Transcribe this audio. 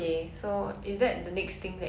!wow!